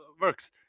works